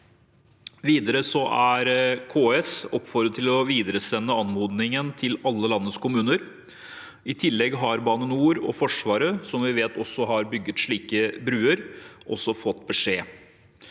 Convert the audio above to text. Videre er KS oppfordret til å videresende anmodningen til alle landets kommuner. I tillegg har Bane NOR og Forsvaret, som vi vet også har bygget slike bruer, fått beskjed.